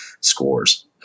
scores